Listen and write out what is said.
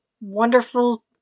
wonderful